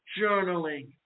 journaling